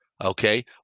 Okay